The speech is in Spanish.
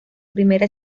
primera